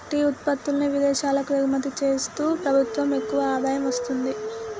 tea ఉత్పత్తుల్ని విదేశాలకు ఎగుమతి చేస్తూ ప్రభుత్వం ఎక్కువ ఆదాయం వస్తుంది